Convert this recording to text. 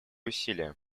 усилия